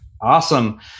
Awesome